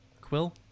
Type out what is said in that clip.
Quill